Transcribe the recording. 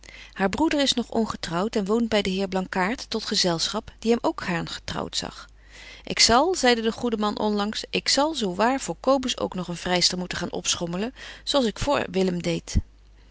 haar broeder is nog ongetrouwt en woont by den heer blankaart tot gezelschap die hem ook gaarn getrouwt zag ik zal zeide de goede man onlangs ik zal zo waar voor cobus ook betje wolff en aagje deken historie van mejuffrouw sara burgerhart nog een vryster moeten gaan opschommelen zo als ik voor willem deed